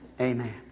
amen